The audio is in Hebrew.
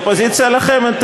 אופוזיציה לוחמת.